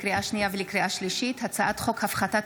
לקריאה שנייה ולקריאה שלישית: הצעת חוק הפחתת